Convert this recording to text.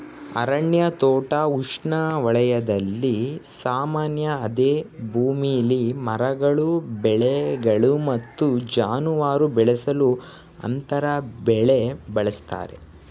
ಅರಣ್ಯ ತೋಟ ಉಷ್ಣವಲಯದಲ್ಲಿ ಸಾಮಾನ್ಯ ಅದೇ ಭೂಮಿಲಿ ಮರಗಳು ಬೆಳೆಗಳು ಮತ್ತು ಜಾನುವಾರು ಬೆಳೆಸಲು ಅಂತರ ಬೆಳೆ ಬಳಸ್ತರೆ